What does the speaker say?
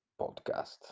Podcast